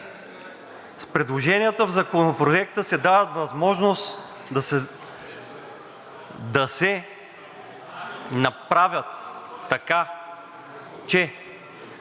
С предложенията в Законопроекта се дава възможност да се направят така, че